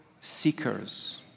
seekers